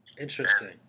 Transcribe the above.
Interesting